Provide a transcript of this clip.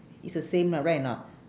is the same lah right or not